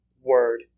word